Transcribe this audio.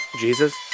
Jesus